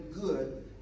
good